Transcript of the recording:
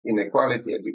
inequality